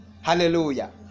Hallelujah